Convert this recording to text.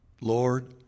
Lord